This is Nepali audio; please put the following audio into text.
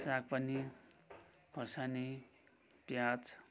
साग पनि खोर्सानी प्याज